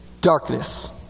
darkness